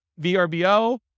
VRBO